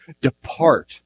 depart